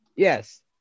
Yes